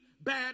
bad